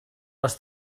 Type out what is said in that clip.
les